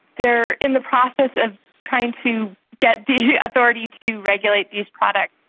they are in the process of trying to get the authority to regulate these products.